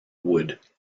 wood